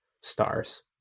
stars